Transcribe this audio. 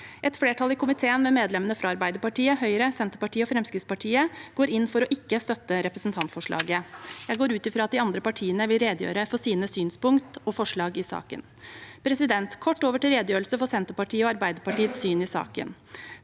Et flertall i komiteen, med medlemmene fra Arbeiderpartiet, Høyre, Senterpartiet og Fremskrittspartiet, går inn for ikke å støtte representantforslaget. Jeg går ut fra at de andre partiene vil redegjøre for sine synspunkter og forslag i saken. Kort over til redegjørelse for Senterpartiets og Arbeiderpartiets syn i saken: